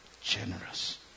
generous